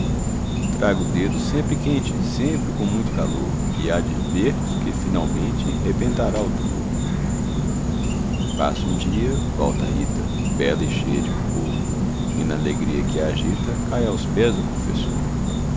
traga o dedo sempre quente sempre com muito calor e há-de ver que finalmente rebentará o tumor passa um dia volta a rita bela e cheia de rubor e na alegria que a agita cai aos pés do confessor